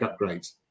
upgrades